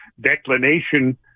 declination